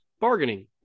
bargaining